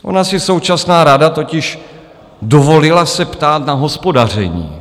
Ona si současná rada totiž dovolila se ptát na hospodaření.